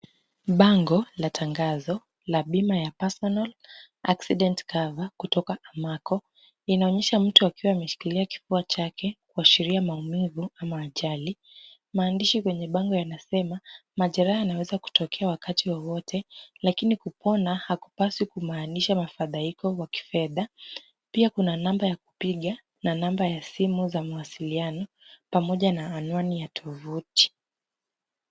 Bango la tangazo la bima ya Personal accident cover kutoka Amaco. Inaonyesha mtu akiwa ameshikilia kifua chake kuasheria maumivu ama ajali. Maandishi kwenye bango yanasema majeraha yanaweza kutokea wakati wowote lakini kupona hakupaswi kumaanisha mafadhaiko wa kifedha. Pia kuna namba ya kupiga na namba ya simu za mawasiliano, pamoja na anuani ya tovuti